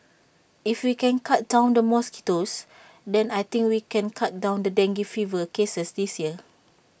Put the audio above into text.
if we can cut down the mosquitoes then I think we can cut down the dengue fever cases this year